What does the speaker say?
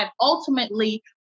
ultimately